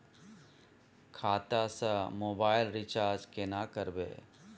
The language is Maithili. खाता स मोबाइल रिचार्ज केना करबे?